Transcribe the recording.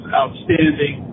outstanding